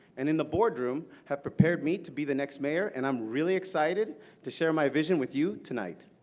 and in the boardroom have prepared me to be the next mayor. and i am really excited to share my vision with you tonight.